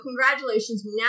congratulations